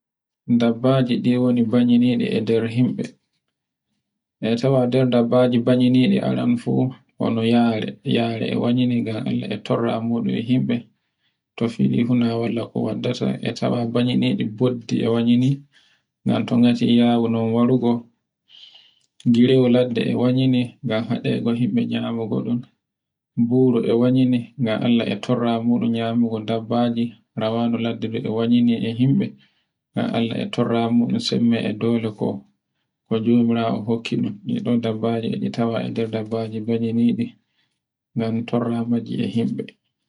dabbaji ɗi woni banginije e nder himbe. A tawan nder dabbaji banginije aranon fu hono yare, yare e wanyani gan Allah e torra muɗum e himɓe, to fini fu na walla ko waddata, e tawan banyiniɗi boddi e wanyini, ngan to ngati eyawa non, garuwo, girewol ladde e wanyine, ngan hade go himbe nyawo goɗɗum buro e wanyini ngan Allah e torro muɗum nyamugo dabbaji, ra wandu ladde e wanyini e himɓe ngan Allah e torra muɗum e sembe e dole kojomirawo hokkiɗum. ɗin ɗn dabbaje e tawan e nder dabbaje banyiniɗi ngan torra majji e himɓe.